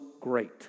great